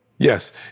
Yes